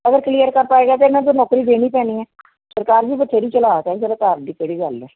ਅਗਰ ਕਲੀਅਰ ਕਰ ਪਾਏਗਾ ਤਾਂ ਇਹਨਾਂ ਨੂੰ ਤਾਂ ਨੌਕਰੀ ਦੇਣੀ ਪੈਣੀ ਹੈ ਸਰਕਾਰ ਵੀ ਬਥੇਰੀ ਚਲਾਕ ਹੈ ਸਰਕਾਰ ਦੀ ਕਿਹੜੀ ਗੱਲ ਹੈ